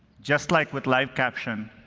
just like with live caption,